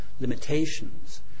limitations